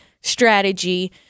strategy